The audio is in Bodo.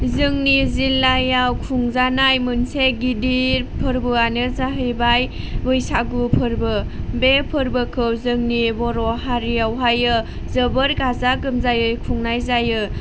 जोंनि जिल्लायाव खुंजानाय मोनसे गिदिर फोरबोआनो जाहैबाय बैसागु फोरबो बे फोरबोखौ जोंनि बर' हारियावहायो जोबोर गाजा गोमजायै खुंनाय जायो